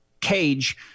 cage